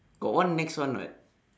got one nex one [what]